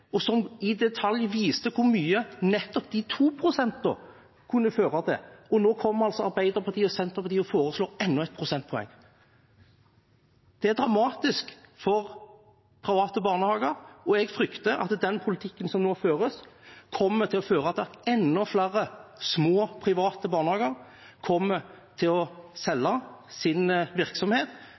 og som i detalj viste hvor mye nettopp de 2 prosentpoengene kunne føre til. Nå foreslår altså Arbeiderpartiet og Senterpartiet enda et prosentpoeng. Det er dramatisk for private barnehager. Jeg frykter at den politikken som nå føres, vil å føre til at enda flere små private barnehager kommer til å selge sin virksomhet